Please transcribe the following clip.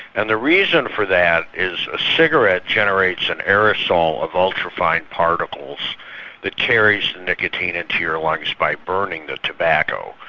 and the reason for that is a cigarette generates an aerosol of ultrafine particles that carry some nicotine into your lungs by burning the tobacco.